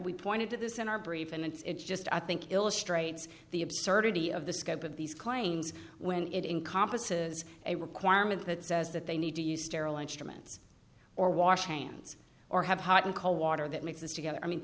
we pointed to this in our brief and it's just i think illustrates the absurdity of the scope of these claims when it in compas is a requirement that says that they need to use sterile instruments or washing hands or have hot and cold water that makes us together i mean